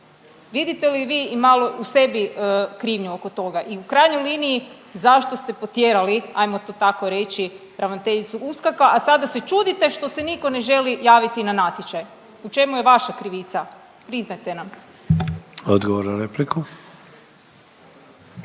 Vidite li i malo u sebi krivnju oko toga? I u krajnjoj liniji zašto ste potjerali, ajmo to tako reći ravnateljicu USKOK-a, a sada se čudite što se niko ne želi javiti na natječaj. U čemu je vaša krivica priznajte nam? **Sanader,